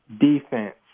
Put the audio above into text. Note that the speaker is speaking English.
defense